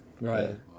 Right